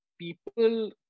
people